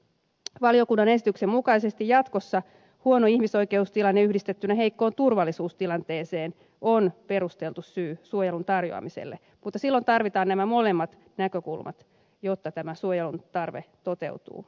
valiokunnan esityksen mukaisesti jatkossa huono ihmisoikeustilanne yhdistettynä heikkoon turvallisuustilanteeseen on perusteltu syy suojelun tarjoamiselle mutta silloin tarvitaan nämä molemmat näkökulmat jotta tämä suojelun tarve toteutuu